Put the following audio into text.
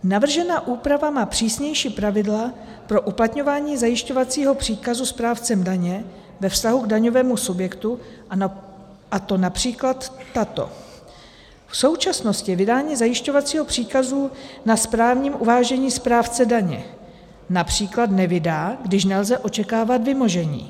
Navržená úprava má přísnější pravidla pro uplatňování zajišťovacího příkazu správcem daně ve vztahu k daňovému subjektu, a to například tato: V současnosti je vydání zajišťovacího příkazu na správním uvážení správce daně např. nevydá, když nelze očekávat vymožení.